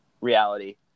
reality